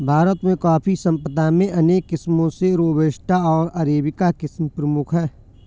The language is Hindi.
भारत में कॉफ़ी संपदा में अनेक किस्मो में रोबस्टा ओर अरेबिका किस्म प्रमुख है